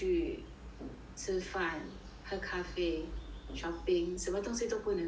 吃饭喝咖啡 shopping 什么东西都不能做